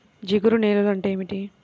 జిగురు నేలలు అంటే ఏమిటీ?